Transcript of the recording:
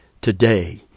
Today